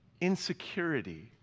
insecurity